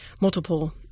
multiple